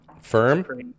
Firm